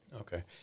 Okay